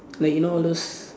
like you know all those